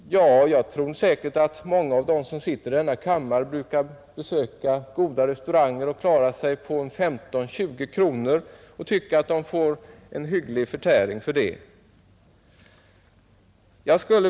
Många av dem som sitter i denna kammare brukar säkert besöka goda restauranger och klara sig på 15-20 kronor och tycka att de får en hygglig förtäring för det.